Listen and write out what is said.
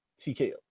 TKO